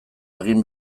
egin